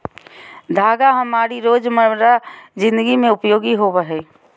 धागा हमारी रोजमर्रा जिंदगी में उपयोगी होबो हइ